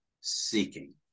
seeking